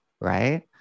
right